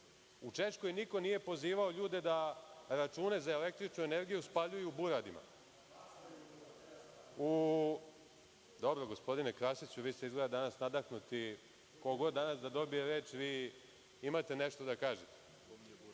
U Češkoj niko nije pozivao ljude da račune za električnu energiju spaljuju u buradima.(Zoran Krasić dobacuje.)Dobro, gospodine Krasiću, vi ste izgleda danas nadahnuti. Ko god danas da dobije reč vi imate nešto da kažete.U